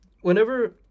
Whenever